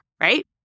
right